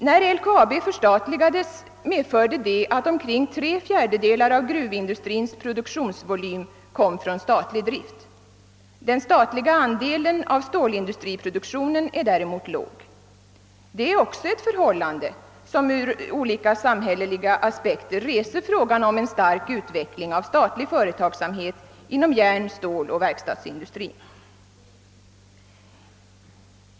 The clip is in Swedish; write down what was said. När LKAB förstatligades medförde det att omkring tre fjärdedelar av gruvindustrins produktion kom från statlig drift. Den statliga andelen av stålindustriproduktionen är däremot låg. Det är också ett förhållande som ur olika samhälleliga aspekter reser frågan om en stark utveckling av statlig företagsamhet inom järn-, ståloch verkstadsindustrin.